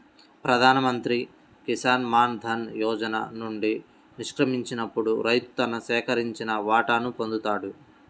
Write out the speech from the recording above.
ప్రధాన్ మంత్రి కిసాన్ మాన్ ధన్ యోజన నుండి నిష్క్రమించినప్పుడు రైతు తన సేకరించిన వాటాను పొందుతాడు